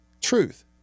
truth